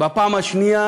בפעם השנייה